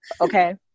Okay